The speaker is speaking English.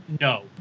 No